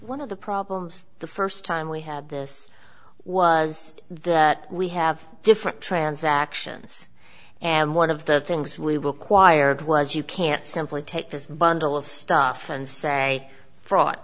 one of the problems the first time we had this was that we have different transactions and one of the things we will choir whereas you can't simply take this bundle of stuff and say frau